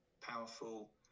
powerful